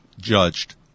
judged